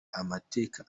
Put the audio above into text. amateka